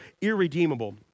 irredeemable